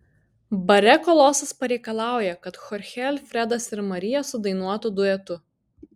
bare kolosas pareikalauja kad chorchė alfredas ir marija sudainuotų duetu